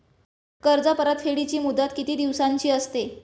कर्ज परतफेडीची मुदत किती दिवसांची असते?